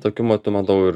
tokiu matu matau